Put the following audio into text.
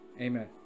amen